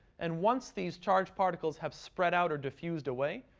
and once these charged particles have spread out or diffused away,